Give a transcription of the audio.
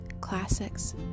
classics